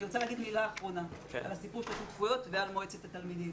אני רוצה לומר מילה אחרונה לגבי השותפויות ולגבי מועצת התלמידים.